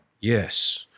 Yes